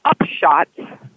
upshots